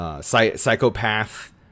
Psychopath